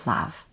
Love